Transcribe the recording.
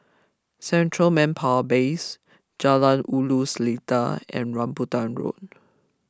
Central Manpower Base Jalan Ulu Seletar and Rambutan Road